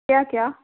क्या क्या